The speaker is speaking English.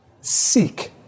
seek